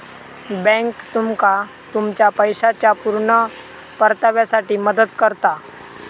bank तुमका तुमच्या पैशाच्या पुर्ण परताव्यासाठी मदत करता